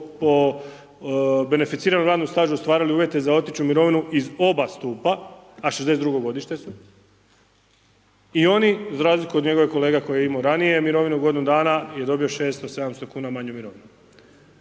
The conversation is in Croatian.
po beneficiranom radnom stažu ostvarili uvjete za otići u mirovinu iz oba stupa a '62. godište su i oni za razliku od njegovog kolege koji je imao ranije mirovinu godinu dana je dobio 600, 700 kuna manju mirovinu.